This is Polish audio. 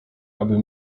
aby